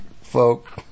folk